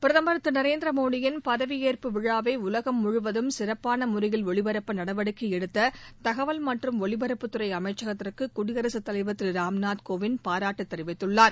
பிரதமர் திரு நரேந்திர மோடியின் பதவியேற்பு விழாவை உலகம் முழுவதும் சிறப்பான முறையில் ஒளிபரப்ப நடவடிக்கை எடுக்க தகவல் மற்றும் ஒலிபரப்புத்துறை அமைச்சகத்திற்கு குடியரசுத் தலைவர் திரு ராம்நாத் கோவிந்த் பாராட்டு தெரிவித்துள்ளார்